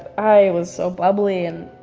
i was so bubbly and